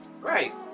Right